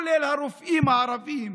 שכוללת את הרופאים הערבים